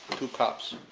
two cups.